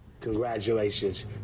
Congratulations